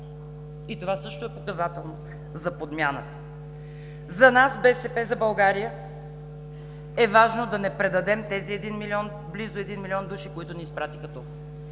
И това също е показателно за подмяната. За нас, „БСП за България“, е важно да не предадем тези близо един милион души, които ни изпратиха тук.